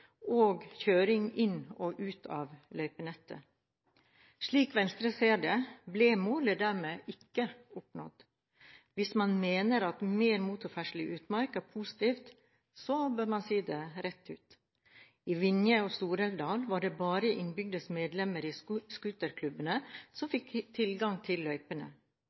og kjøring inn og ut av løypenettet. Slik Venstre ser det, ble målet dermed ikke oppnådd. Hvis man mener at mer motorferdsel i utmark er positivt, bør man si det rett ut. I Vinje og Stor-Elvdal var det bare innenbygdsboende medlemmer i scooterklubbene som fikk tilgang til løypene.